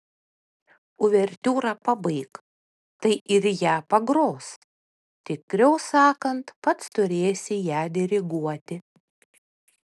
uvertiūrą pabaik tai ir ją pagros tikriau sakant pats turėsi ją diriguoti